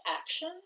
action